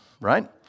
right